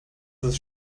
ist